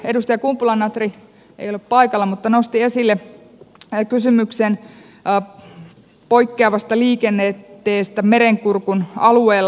edustaja kumpula natri ei ole paikalla mutta hän nosti esille kysymyksen poikkeavasta liikenteestä merenkurkun alueella